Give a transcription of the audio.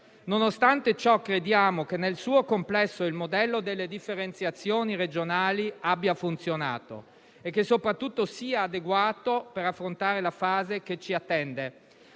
Nonostante ciò, crediamo che nel suo complesso il modello delle differenziazioni regionali abbia funzionato e che soprattutto sia adeguato per affrontare la fase che ci attende,